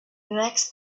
next